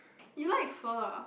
you like Pho ah